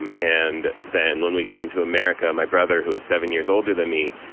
um and then when we came to america, my brother, who was seven years older than me,